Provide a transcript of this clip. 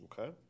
Okay